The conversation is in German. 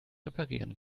reparieren